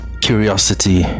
Curiosity